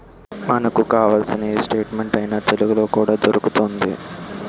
మనకు కావాల్సిన ఏ స్టేట్మెంట్ అయినా తెలుగులో కూడా దొరుకుతోంది